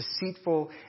deceitful